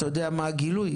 אתה יודע מה הגילוי?